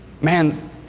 man